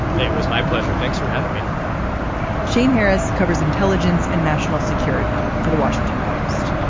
it was my pleasure. thanks for having me shane harris covers intelligence and national security for the washington post.